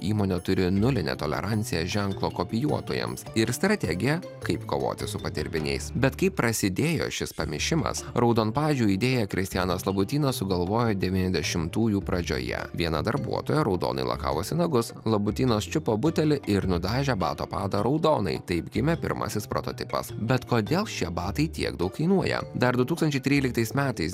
įmonė turi nulinę toleranciją ženklo kopijuotojams ir strategiją kaip kovoti su padirbiniais bet kaip prasidėjo šis pamišimas raudonpadžių idėją kristianas labutynas sugalvojo devyniasdešimtųjų pradžioje viena darbuotoja raudonai lakavosi nagus labutynas čiupo butelį ir nudažė bato padą raudonai taip gimė pirmasis prototipas bet kodėl šie batai tiek daug kainuoja dar du tūkstančiai tryliktais metais